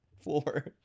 Four